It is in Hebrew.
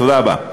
תודה רבה.